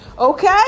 Okay